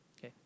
Okay